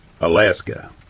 Alaska